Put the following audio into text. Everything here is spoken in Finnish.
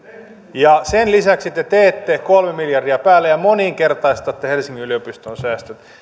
saaneet valtaa sen lisäksi te teette kolme miljardia päälle ja moninkertaistatte helsingin yliopiston säästöt